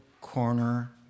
corner